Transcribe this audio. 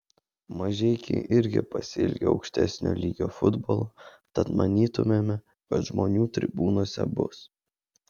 mažeikiai irgi pasiilgę aukštesnio lygio futbolo tad manytumėme kad žmonių tribūnose bus